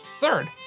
Third